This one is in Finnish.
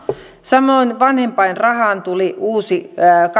samoin vanhempainrahaan tuli uusi